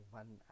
one